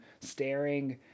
staring